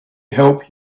help